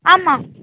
ஆமாம்